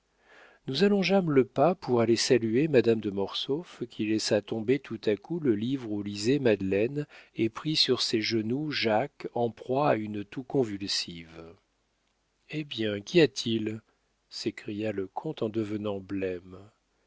nous allongeâmes le pas pour aller saluer madame de mortsauf qui laissa tomber tout à coup le livre où lisait madeleine et prit sur ses genoux jacques en proie à une toux convulsive hé bien qu'y a-t-il s'écria le comte en devenant blême